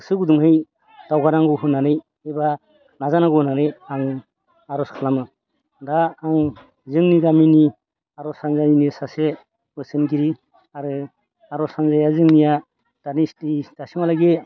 गोसो गुदुङै दावगा नांगौ होननानै एबा नाजा नांगौ होननानै आं आर'ज खालामो दा आं जोंनि गामिनि आर'ज हान्जानिनो सासे बोसोरनिगिरि आरो आर'ज हान्जाया जोंनिया दानि दासिमहालागि